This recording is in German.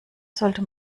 sollte